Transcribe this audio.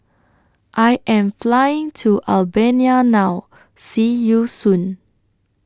I Am Flying to Albania now See YOU Soon